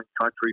Country